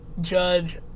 judge